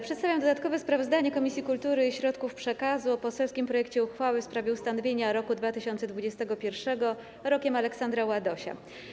Przestawiam dodatkowe sprawozdanie Komisji Kultury i Środków Przekazu o poselskim projekcie uchwały w sprawie ustanowienia roku 2021 Rokiem Aleksandra Ładosia.